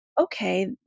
okay